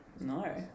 No